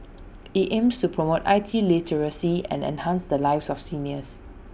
IT aims to promote I T literacy and enhance the lives of seniors